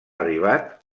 arribat